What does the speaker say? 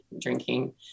drinking